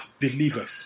believers